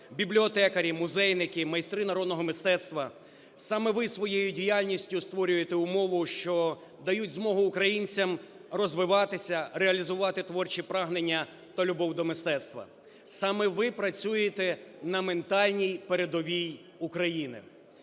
бібліотекарі, музейники, майстри народного мистецтва, саме ви своєю діяльністю створюєте умови, що дають змогу українцям розвиватися, реалізувати творчі прагнення та любов до мистецтва, саме ви працюєте на ментальній, передовій України.